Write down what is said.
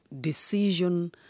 decision